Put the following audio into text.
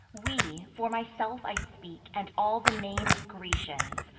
we for myself i speak, and all the name of grecians,